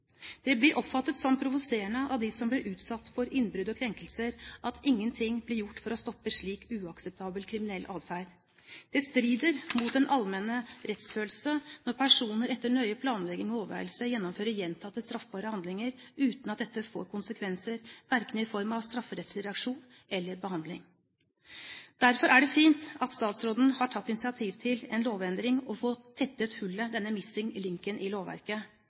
Det blir oppfattet som provoserende av dem som blir utsatt for innbrudd og krenkelser, at ingenting blir gjort for å stoppe slik uakseptabel kriminell atferd. Det strider mot den allmenne rettsfølelse når personer etter nøye planlegging og overveielse gjennomfører gjentatte straffbare handlinger, uten at dette får konsekvenser verken i form av strafferettslig reaksjon eller behandling. Derfor er det fint at statsråden har tatt initiativ til en lovendring for å få tettet hullet – denne «missing link» – i lovverket.